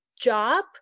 job